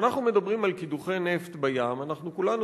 וכשאנחנו מדברים על קידוחי נפט בים אנחנו כולנו